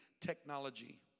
technology